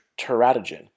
teratogen